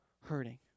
hurting